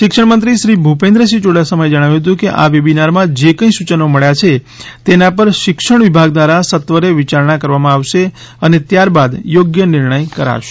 શિક્ષણ મંત્રી શ્રી ભુપેન્દ્રસિંહ યુડાસમાએ જણાવ્યું હતું કે આ વેબિનારમાં જે કંઈ સૂચનો મળ્યા છે તેના પર શિક્ષણ વિભાગ દ્વારા સત્વરે વિયારણા કરવામાં આવશે અને ત્યારબાદ યોગ્ય નિર્ણય પણ કરાશે